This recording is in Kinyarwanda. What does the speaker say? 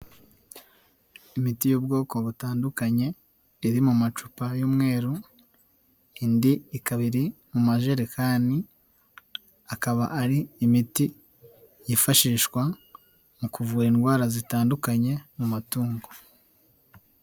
Imiti y'ubwoko butandukanye iri mu macupa y'umweru, indi kabiri mu majerekani akaba ari imiti yifashishwa mu kuvura indwara zitandukanye mu matungo.